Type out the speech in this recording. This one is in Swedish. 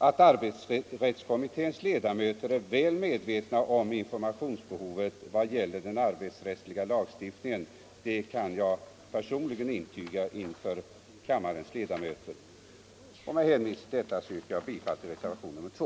Att arbetsrättskommitténs ledamöter är väl medvetna om informationsbehovet vad gäller den arbetsrättsliga lagstiftningen kan jag personligen intyga inför kammarens ledamöter. Med hänvisning till det anförda yrkar jag bifall till reservationen 2.